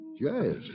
Yes